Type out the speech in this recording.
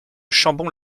chambon